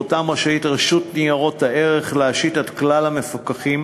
רשות ניירות ערך רשאית להשית על כלל המפוקחים,